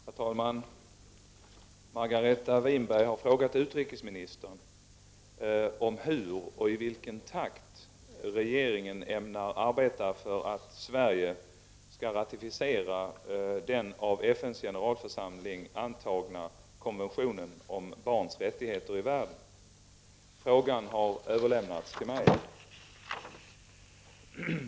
Herr talman! Margareta Winberg har frågat utrikesministern om hur och i vilken takt regeringen ämnar arbeta för att Sverige skall ratificera den av FN:s generalförsamling antagna konventionen om barns rättigheter i världen. Frågan har överlämnats till mig.